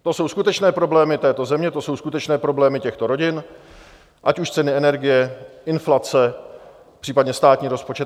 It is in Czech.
To jsou skutečné problémy této země, to jsou skutečné problémy těchto rodin, ať už ceny energie, inflace, případně státní rozpočet.